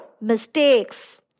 mistakes